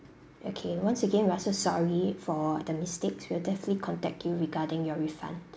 okay once again we are so sorry for the mistakes we'll definitely contact you regarding your refund